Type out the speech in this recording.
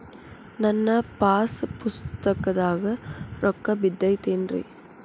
ನನ್ನ ಪಾಸ್ ಪುಸ್ತಕದಾಗ ರೊಕ್ಕ ಬಿದ್ದೈತೇನ್ರಿ?